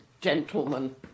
gentlemen